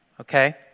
Okay